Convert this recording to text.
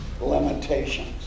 limitations